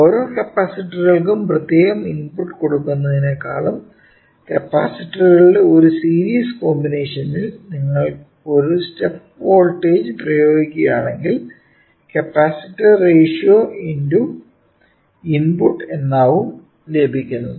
ഓരോ കപ്പാസിറ്ററുകൾക്കും പ്രത്യേകം ഇൻപുട്ട് കൊടുക്കുന്നതിനേക്കാളും കപ്പാസിറ്ററുകളുടെ ഒരു സീരീസ് കോമ്പിനേഷനിൽ നിങ്ങൾ ഒരു സ്റ്റെപ്പ് വോൾട്ടേജ് പ്രയോഗിക്കുകയാണെങ്കിൽ കപ്പാസിറ്റർ റേഷ്യോ X ഇൻപുട്ട് എന്നാവും ലഭിക്കുന്നത്